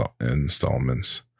installments